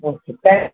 okay thank